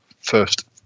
first